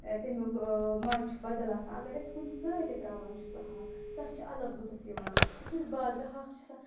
تمیُک مَزٕ چھُ بَدَل آسان اگر أسۍ کُنہِ سۭتۍ تہِ ترٛاوان چھُ سُہ ہاکھ تَتھ چھُ الگ لُطف یِوان یُس أسۍ بازرٕ ہاکھ چھِ آسان